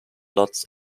lots